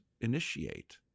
initiate